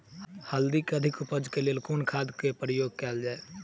हल्दी केँ अधिक उपज केँ लेल केँ खाद केँ प्रयोग कैल जाय?